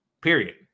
Period